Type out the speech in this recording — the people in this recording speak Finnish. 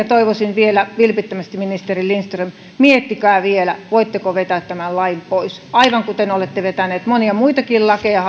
toivoisin vielä vilpittömästi ministeri lindström miettikää vielä voitteko vetää tämän lain pois aivan kuten olette vetäneet hallituksessa monia muitakin lakeja